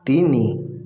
ତିନି